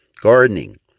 gardening